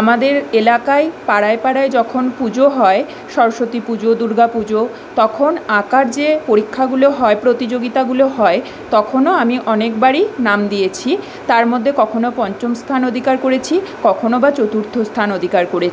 আমাদের এলাকায় পাড়ায় পাড়ায় যখন পুজো হয় সরস্বতী পুজো দুর্গা পুজো তখন আঁকার যে পরীক্ষাগুলো হয় প্রতিযোগিতাগুলো হয় তখনও আমি অনেকবারই নাম দিয়েছি তার মধ্যে কখনো পঞ্চম স্থান অধিকার করেছি কখনো বা চতুর্থ স্থান অধিকার করেছি